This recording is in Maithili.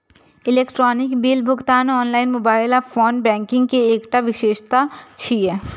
इलेक्ट्रॉनिक बिल भुगतान ऑनलाइन, मोबाइल आ फोन बैंकिंग के एकटा विशेषता छियै